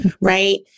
right